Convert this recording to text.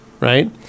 Right